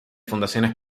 fundaciones